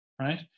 Right